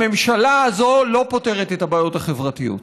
הממשלה הזאת לא פותרת את הבעיות החברתיות.